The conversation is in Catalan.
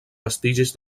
vestigis